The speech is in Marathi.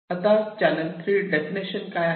आता चॅनेल 3 डेफिनेशन काय आहे